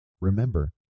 Remember